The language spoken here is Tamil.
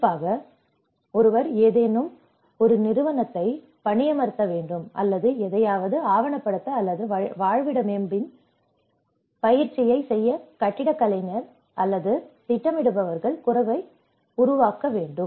குறிப்பாக ஒருவர் ஏதேனும் ஒரு நிறுவனத்தை பணியமர்த்த வேண்டும் அல்லது எதையாவது ஆவணப்படுத்த அல்லது வாழ்விட மேப்பின் பயிற்சியை செய்ய கட்டிட கலைஞர்கள் அல்லது திட்டமிடுபவர்கள் குறுவை உருவாக்க வேண்டும்